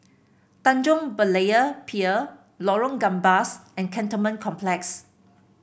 Tanjong Berlayer Pier Lorong Gambas and Cantonment Complex